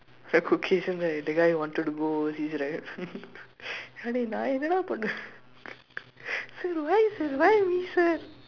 the Caucasian right the guy who wanted to go overseas right அதுக்கு நான் என்னடா பண்ணுவேன்:athukku naan ennadaa pannuveen sir why sir why me sir